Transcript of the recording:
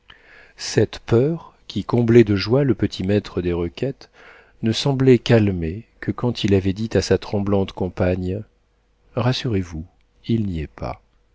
cette peur qui comblait de joie le petit maître des requêtes ne semblait calmée que quand il avait dit à sa tremblante compagne rassurez-vous il n'y est pas